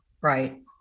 Right